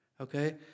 Okay